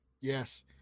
yes